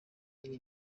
iri